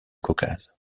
caucase